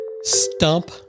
stump